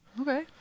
Okay